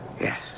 Yes